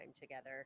together